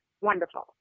Wonderful